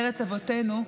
ארץ אבותינו,